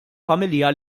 familja